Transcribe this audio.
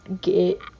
get